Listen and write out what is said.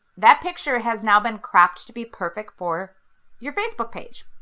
that picture has now been cropped to be perfect for your facebook page.